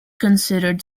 considered